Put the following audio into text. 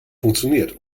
funktioniert